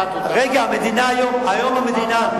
היום המדינה,